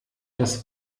das